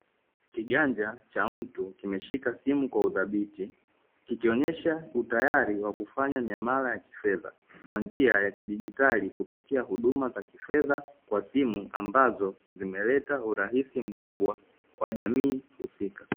Kiganja cha mtu kimeshika simu kwa uthabiti kikionesha utayari wa kufanya miamala ya kifedha kwa njia ya kidigitali, kupitia huduma za kifedha kwa simu ambazo zimeleta urahisi mkubwa kwa jamii husika.